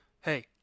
hey